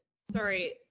sorry